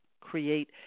create